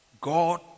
God